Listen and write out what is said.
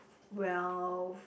wealth